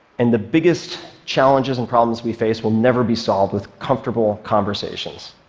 and the biggest challenges and problems we face will never be solved with comfortable conversations,